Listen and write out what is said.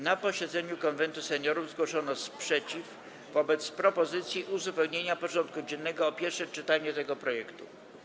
Na posiedzeniu Konwentu Seniorów zgłoszono sprzeciw wobec propozycji uzupełnienia porządku dziennego o pierwsze czytanie tego projektu.